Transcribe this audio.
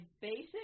basic